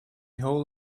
whole